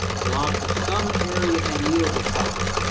sri lanka some area and yield recovery,